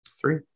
Three